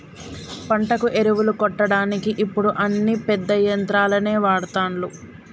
పంటకు ఎరువులు కొట్టడానికి ఇప్పుడు అన్ని పెద్ద యంత్రాలనే వాడ్తాన్లు